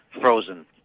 frozen